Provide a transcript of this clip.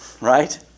right